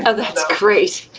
ah that's great,